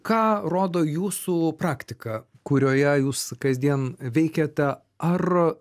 ką rodo jūsų praktika kurioje jūs kasdien veikiate ar